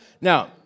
Now